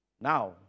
now